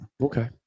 okay